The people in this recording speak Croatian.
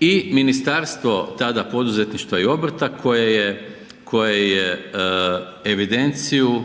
i ministarstvo, tada poduzetništva i obrta koje je evidenciju